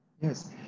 Yes